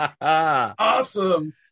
Awesome